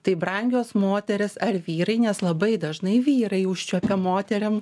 tai brangios moterys ar vyrai nes labai dažnai vyrai užčiuopia moterim